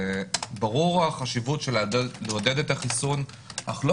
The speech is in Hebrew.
ברורה החשיבות של לעודד את החיסון אבל לא